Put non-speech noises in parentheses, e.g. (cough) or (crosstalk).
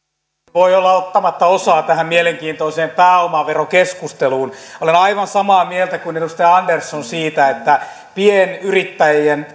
voi olla ottamatta osaa tähän mielenkiintoiseen pääomaverokeskusteluun olen aivan samaa mieltä kuin edustaja andersson siitä että pienyrittäjien (unintelligible)